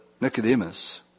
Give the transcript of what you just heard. Nicodemus